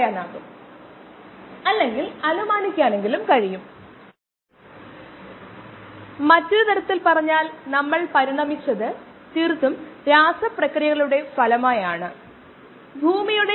നമുക്ക് താൽപ്പര്യമുള്ള ജീവികൾ മാത്രമേ ബയോ റിയാക്ടറിൽ വളരുകയുള്ളൂ അതിനാൽ നമ്മൾ ആരംഭിക്കുമ്പോൾ ബയോ റിയാക്ടർ ഒരു ക്ലീൻ സ്ലേറ്റായിരിക്കണം